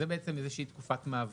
זה בעצם איזושהי תקופת מעבר,